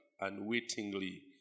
unwittingly